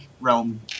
realm